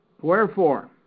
Wherefore